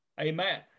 Amen